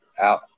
out